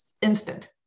instant